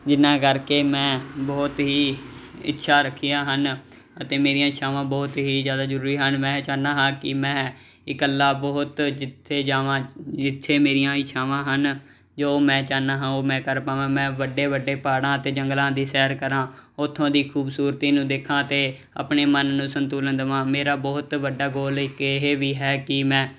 ਜਿਨਾਂ ਕਰਕੇ ਮੈਂ ਬਹੁਤ ਹੀ ਇੱਛਾ ਰੱਖੀਆਂ ਹਨ ਅਤੇ ਮੇਰੀਆਂ ਇੱਛਾਵਾਂ ਬਹੁਤ ਹੀ ਜਿਆਦਾ ਜਰੂਰੀ ਹਨ ਮੈਂ ਚਾਹੁੰਦਾ ਹਾਂ ਕਿ ਮੈਂ ਇਕੱਲਾ ਬਹੁਤ ਜਿੱਥੇ ਜਾਵਾਂ ਜਿੱਥੇ ਮੇਰੀਆਂ ਇੱਛਾਵਾਂ ਹਨ ਜੋ ਮੈਂ ਚਾਹੁੰਦਾ ਹਾਂ ਉਹ ਮੈਂ ਕਰ ਪਾਵਾਂ ਮੈਂ ਵੱਡੇ ਵੱਡੇ ਪਹਾੜਾਂ ਅਤੇ ਜੰਗਲਾਂ ਦੀ ਸੈਰ ਕਰਾਂ ਉਥੋਂ ਦੀ ਖੂਬਸੂਰਤੀ ਨੂੰ ਦੇਖਾਂ ਤੇ ਆਪਣੇ ਮਨ ਨੂੰ ਸੰਤੁਲਨ ਦਵਾਂ ਮੇਰਾ ਬਹੁਤ ਵੱਡਾ ਗੋਲ ਇੱਕ ਇਹ ਵੀ ਹੈ ਕਿ ਮੈਂ